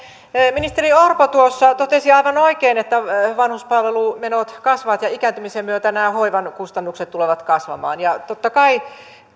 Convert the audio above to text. ministeri orpo tuossa totesi aivan oikein että vanhuspalvelumenot kasvavat ja ikääntymisen myötä nämä hoivan kustannukset tulevat kasvamaan totta kai